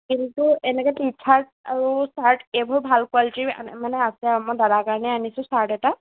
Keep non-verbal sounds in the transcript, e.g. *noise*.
কিন্তু এনেকে টি চাৰ্ট আৰু চাৰ্ট এইবোৰ ভাল কোৱালিটিৰ *unintelligible* মানে আছে আৰু মই দাদাৰ কাৰণে আনিছোঁ চাৰ্ট এটা